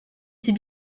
s’est